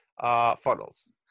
funnels